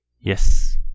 Yes